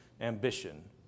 ambition